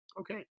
Okay